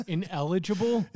Ineligible